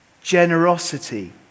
generosity